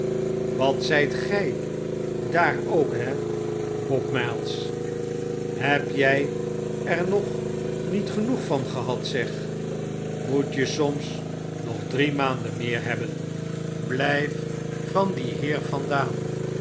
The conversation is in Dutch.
wat zyt gy daar ook he bob miles heb jy er nog niet genoeg van gehad zeg moet je soms nog drie maanden meer hebben he blijf van dien heer vandaan